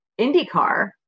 IndyCar